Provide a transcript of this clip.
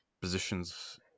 positions